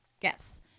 Yes